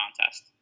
contest